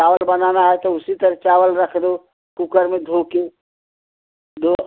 और बनाना है तो उसी तरह चावल रख दो कूकर में धोके धो